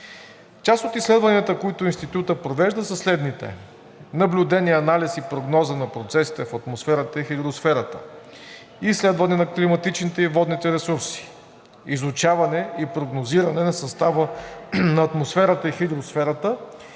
Част от изследванията, които Институтът провежда, са следните: наблюдение, анализ и прогноза на процесите в атмосферата и хидросферата; изследване на климатичните и водните ресурси; изучаване и прогнозиране на състава на атмосферата и хидросферата и